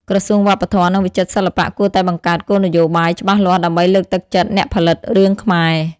ក្រសួងវប្បធម៌ និងវិចិត្រសិល្បៈគួរតែបង្កើតគោលនយោបាយច្បាស់លាស់ដើម្បីលើកទឹកចិត្តអ្នកផលិតរឿងខ្មែរ។